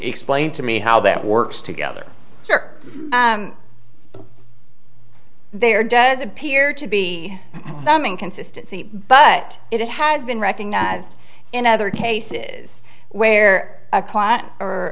explain to me how that works together sort there does appear to be some inconsistency but it has been recognized in other cases where a client or